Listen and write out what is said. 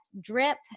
drip